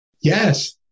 Yes